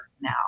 now